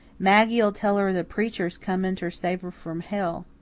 maggie'll tell her the preacher's coming ter save her from hell.